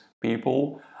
people